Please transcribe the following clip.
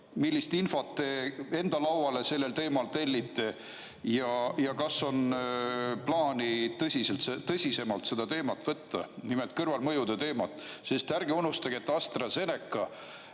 millist infot te enda lauale sellel teemal tellite ja kas on plaanis tõsisemalt seda teemat võtta, nimelt kõrvalmõjude teemat. Ärge unustage, et AstraZeneca